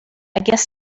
guess